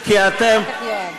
כי אתם,